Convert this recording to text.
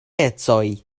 ecoj